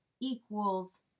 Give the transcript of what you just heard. equals